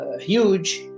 huge